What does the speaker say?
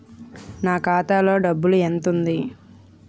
నా ఖాతాలో డబ్బు ఎంత ఉంది?